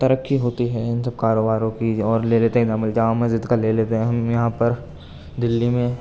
ترقّی ہوتی ہے ان سب كاروباروں کی اور لے لیتے ہیں جامع مسجد کا لے لیتے ہیں ہم یہاں پر دلّّّّی میں